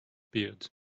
beard